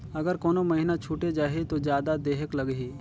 अगर कोनो महीना छुटे जाही तो जादा देहेक लगही?